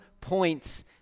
points